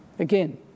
Again